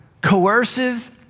coercive